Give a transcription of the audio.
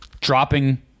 dropping